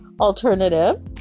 Alternative